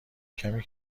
کمی